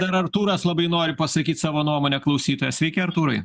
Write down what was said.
dar artūras labai nori pasakyt savo nuomonę klausytojas sveiki artūrai